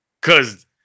Cause